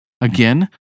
Again